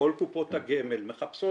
כל קופות הגמל מחפשות